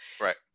right